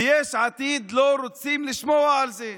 ביש עתיד לא רוצים לשמוע על זה.